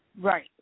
right